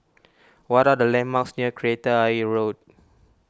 what are the landmarks near Kreta Ayer Road